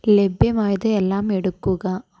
ലഭ്യമായത് എല്ലാം എടുക്കുക